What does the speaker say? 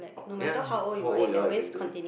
ya how old you are you can do it